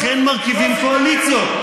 לכן מרכיבים קואליציות.